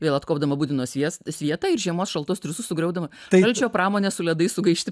vėl atkopdama budino sies svietą ir žiemos šaltos triūsus sugriaudama salčio pramonė su ledais sugaišti